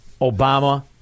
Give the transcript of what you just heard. Obama